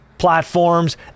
platforms